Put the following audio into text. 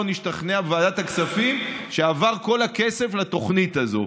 נשתכנע בוועדת הכספים שעבר כל הכסף לתוכנית הזאת.